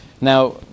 Now